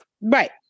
Right